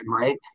right